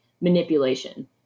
manipulation